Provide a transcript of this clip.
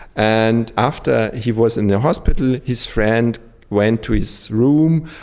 and after he was in the hospital, his friend went to his room,